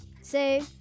Say